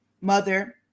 mother